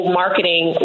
marketing